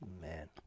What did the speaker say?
Man